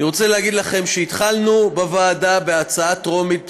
אני רוצה להגיד לכם שהתחלנו בוועדה בהצעה טרומית בסיסית,